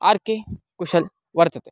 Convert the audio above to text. R K कुशल् वर्तते